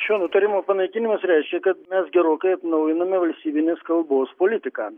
šio nutarimo panaikinimas reiškia kad mes gerokai atnaujiname valstybinės kalbos politiką